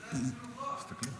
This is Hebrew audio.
בשביל זה עשינו חוק.